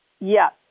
Yes